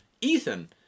Ethan